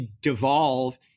devolve